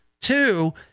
Two